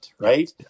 right